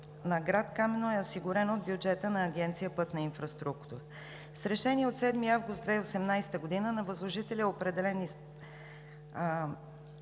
Камено е осигурен от бюджета на Агенция „Пътна инфраструктура“. С Решение от 7 август 2018 г. на възложителя е определен